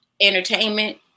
Entertainment